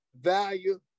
value